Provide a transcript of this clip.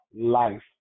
life